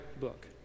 book